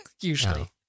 Usually